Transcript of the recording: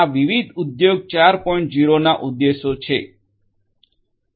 0 ના ઉદ્દેશો છે